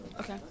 Okay